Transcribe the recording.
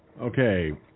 Okay